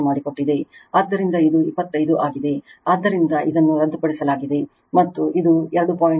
ಆದ್ದರಿಂದ ಇದು 25 ಆಗಿದೆ ಆದ್ದರಿಂದ ಇದನ್ನು ರದ್ದುಪಡಿಸಲಾಗಿದೆ ಮತ್ತು ಇದು 2